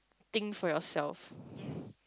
think for yourself